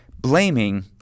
blaming